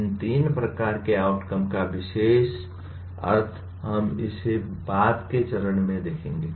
इन तीन प्रकार के आउटकम का विशेष अर्थ हम इसे बाद के चरण में देखेंगे